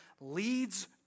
leads